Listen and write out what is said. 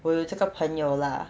我有这个朋友 lah